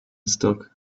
stock